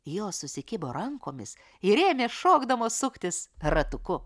jos susikibo rankomis ir ėmė šokdamos suktis ratuku